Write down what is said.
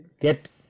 get